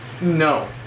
No